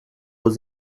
was